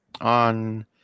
on